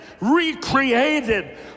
recreated